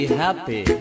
happy